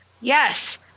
Yes